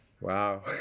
Wow